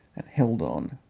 and held on,